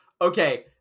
Okay